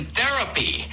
therapy